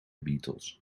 beatles